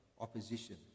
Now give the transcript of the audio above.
opposition